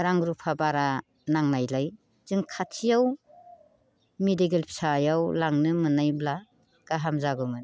रां रुफा बारा नांनायलाय जों खाथियाव मेडिकेल फिसायाव लांनो मोननायब्ला गाहाम जागौमोन